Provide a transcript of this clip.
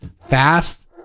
fast